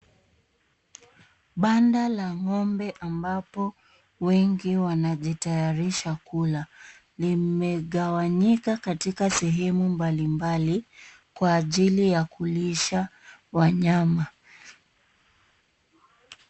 Banda la ng'ombe ambapo wengi wanajitayarisha kula. Limegawanyika katika sehemu mbalimbali kwa ajili ya kulisha wanyama.